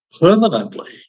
permanently